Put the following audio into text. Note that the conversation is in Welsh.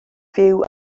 fyw